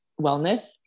wellness